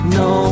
no